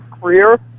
career